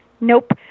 Nope